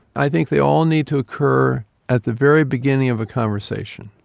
i think they all need to occur at the very beginning of a conversation.